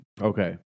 Okay